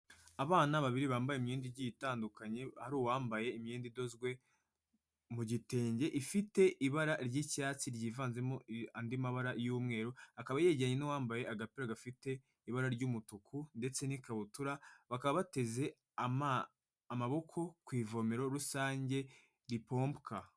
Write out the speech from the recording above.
Abana babiri bambaye imyenda igiye itandukanye, ari uwambaye imyenda idozwe mu gitenge ifite ibara ry'icyatsi ryivanzemo andi mabara y'umweru, akaba yegeranye n'uwambaye agapira gafite ibara ry'umutuku ndetse n'ikabutura; bakaba bateze amaboko ku ivomero rusange ripompwa.